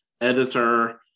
editor